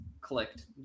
clicked